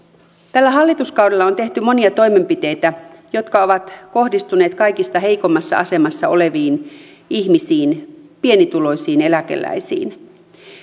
tällä hallituskaudella on tehty monia toimenpiteitä jotka ovat kohdistuneet kaikista heikoimmassa asemassa oleviin ihmisiin pienituloisiin eläkeläisiin